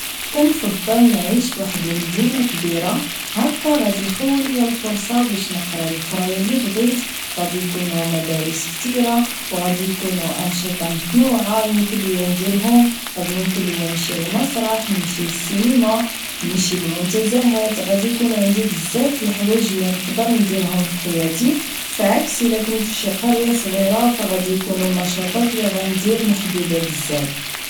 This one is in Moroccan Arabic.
كنفضل نعيش فواحد المدينة كبيرة هكا غادي يخول ليا الفرصة باش نقرا القراية اللي بغيت غادي يكونو مداريس كتيرة و غادي يكونو انشطة متنوعة غيمكن ليا نديرهم غادي يمكن ليا نمشي للمسرح نمشي للسينما نمشي للمنتزاهات غادي يكونو عندي بزاف تالحوايج اللي نقدر نديرهم فحياتي فعكس الا كنت فشي قرية صغيرة فغادي يكون النشاطات اللي غندير محدودة بزاف